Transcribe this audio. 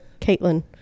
Caitlin